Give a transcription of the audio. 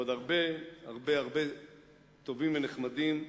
ועוד הרבה הרבה טובים ונחמדים,